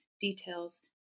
details